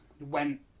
went